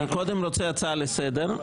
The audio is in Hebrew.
אני קודם רוצה הצעה לסדר,